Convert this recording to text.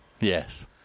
Yes